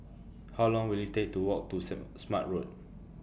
How Long Will IT Take to Walk to Saint Smart Road